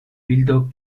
bildo